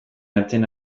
hartzen